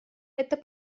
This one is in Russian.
это